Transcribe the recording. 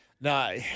No